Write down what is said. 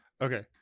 okay